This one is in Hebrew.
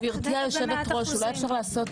גברתי היושבת-ראש, אולי אפשר לעשות